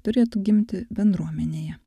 turėtų gimti bendruomenėje